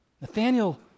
Nathaniel